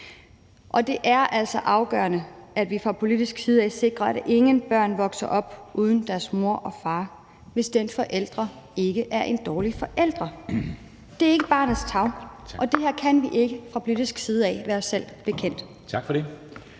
Og det er altså afgørende, at vi fra politisk side af sikrer, at ingen børn vokser op uden deres mor og far, hvis den pågældende forælder ikke er en dårlig forælder. For det er ikke i barnets tarv, og det kan vi ikke fra politisk side være bekendt.